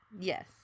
yes